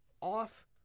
off